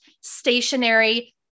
stationary